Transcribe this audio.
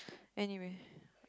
anyway